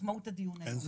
את מהות הדיון היום.